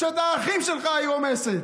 שאת האחים שלך היא רומסת.